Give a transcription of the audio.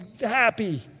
happy